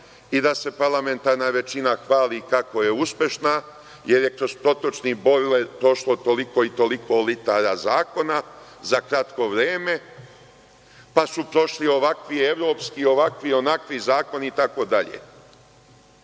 i da se parlamentarna većina hvali kako je uspešna, jer je kroz protočni bojler prošlo toliko i toliko litara zakona za kratko vreme, pa su prošli ovakvi evropski, ovakvi, onakvi zakoni itd.